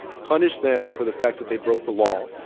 punish them for the fact that they broke the law,